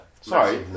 Sorry